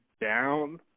down